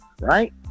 Right